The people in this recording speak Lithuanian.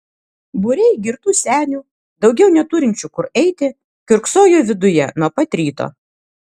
būriai girtų senių daugiau neturinčių kur eiti kiurksojo viduje nuo pat ryto